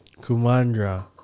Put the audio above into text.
Kumandra